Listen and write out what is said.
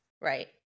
Right